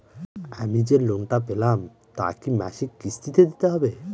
আমি যে লোন টা পেলাম তা কি মাসিক কিস্তি তে দিতে হবে?